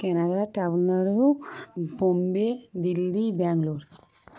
Canada Tamil Nadu Bombay Delhi Bangalore